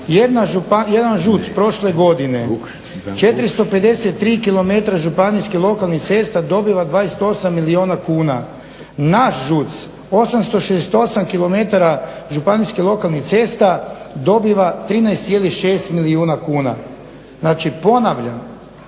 jedan ŽUC prošle godine, 453 županijskih lokalnih cesta dobiva 28 milijuna kuna. Naš ŽUC, 868 kilometara županijskih lokalnih cesta dobiva 13,6 milijuna kuna. Znači ponavljam,